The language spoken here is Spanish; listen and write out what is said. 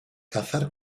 cazar